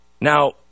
Now